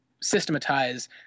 systematize